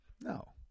No